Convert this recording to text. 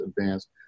advanced